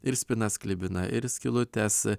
ir spynas klibina ir skylutes